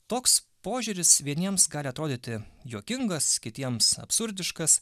toks požiūris vieniems gali atrodyti juokingas kitiems absurdiškas